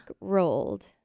rolled